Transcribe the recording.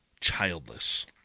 childless